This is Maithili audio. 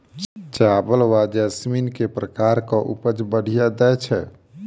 चावल म जैसमिन केँ प्रकार कऽ उपज बढ़िया दैय छै?